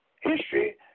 history